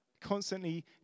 Constantly